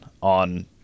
on